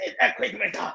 equipment